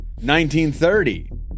1930